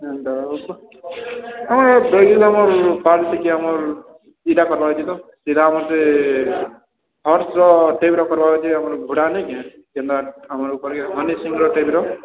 ଏନ୍ତା ବାଲ୍ ଟିକେ ଆମର୍ ସିଧା ମୋତେ ହର୍ସ ଟାଇପର୍ ଯେନ୍ତା ଆମର ହନିସିଂ ଟାଇପର